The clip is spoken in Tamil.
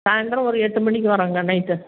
சாயந்தரம் ஒரு எட்டு மணிக்கு வரங்க நைட்டு